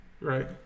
right